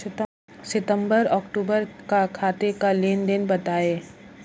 सितंबर अक्तूबर का खाते का लेनदेन बताएं